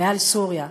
מעל סוריה.